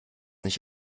nicht